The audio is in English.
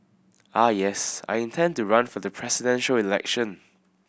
ah yes I intend to run for the Presidential Election